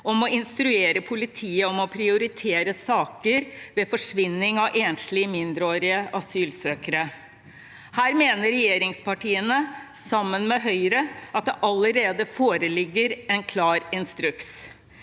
om å instruere politiet om å prioritere saker ved forsvinning av enslige mindreårige asylsøkere. Her mener regjeringspartiene sammen med Høyre at det allerede foreligger en klar instruks.